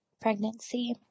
pregnancy